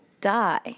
die